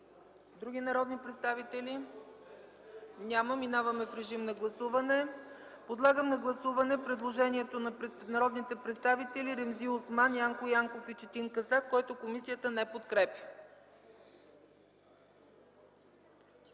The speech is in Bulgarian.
Други народни представители? Няма. Подлагам на гласуване предложението на народните представители Ремзи Осман, Янко Янков и Четин Казак, което комисията не подкрепя.